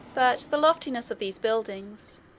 but the loftiness of these buildings,